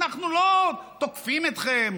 אנחנו לא תוקפים אתכם.